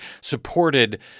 supported